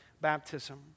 baptism